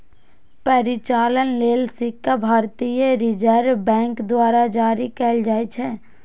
परिचालन लेल सिक्का भारतीय रिजर्व बैंक द्वारा जारी कैल जाइ छै